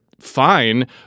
fine